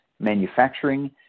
manufacturing